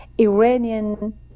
Iranian